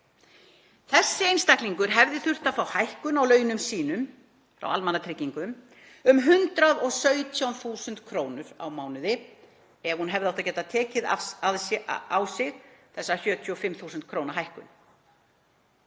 Þessi einstaklingur hefði þurft að fá hækkun á launum sínum frá almannatryggingum um 117.000 kr. á mánuði ef hann hefði átt að geta tekið á sig þessa 75.000 kr. hækkun.